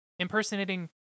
Impersonating